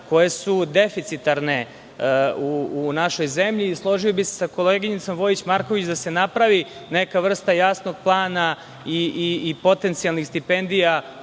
koja su deficitarna u našoj zemlji. Složio bih se sa koleginicom Vojić Marković, da se napravi neka vrsta jasnog plana i potencijalnih stipendija